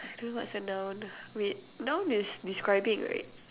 I don't know what's a noun wait noun is describing right